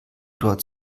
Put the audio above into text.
dort